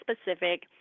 specific